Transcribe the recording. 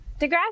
degrassi